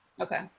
Okay